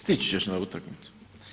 Stići ćeš na utakmicu.